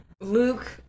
Luke